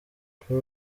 kuri